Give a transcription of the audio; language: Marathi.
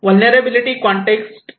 व्हलनेरलॅबीलीटी कॉंटेक्स काय आहे